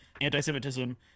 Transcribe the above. anti-Semitism